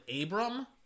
Abram